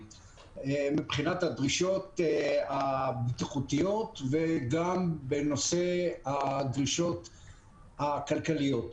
מבחינת הדרישות הבטיחותיות וגם בנושא הדרישות הכלכליות.